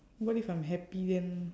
what if I'm happy then